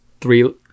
three